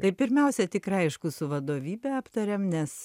tai pirmiausia tikrai aišku su vadovybe aptariam nes